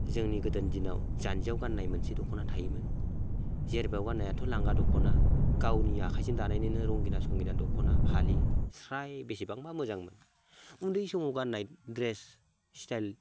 जोंनि गोदोनि दिनाव जान्जियाव गाननाय मोनसे दख'ना थायोमोन जेरबायाव गाननायाथ' लांगा दख'ना गावनि आखाइजोंनो दानाय रंगिना संगिना दखना फालि स्राय बेसेबांबा मोजांमोन उन्दै समाव गाननाय द्रेस स्टाइल